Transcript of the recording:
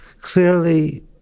clearly